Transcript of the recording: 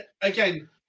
again